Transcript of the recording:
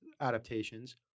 adaptations